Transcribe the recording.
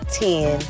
ten